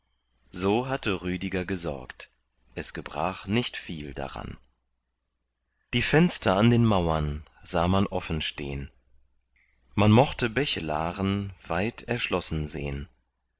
so hatte rüdiger gesorgt es gebrach nicht viel daran die fenster an den mauern sah man offen stehn man mochte bechelaren weit erschlossen sehn